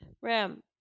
Ram